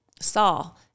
Saul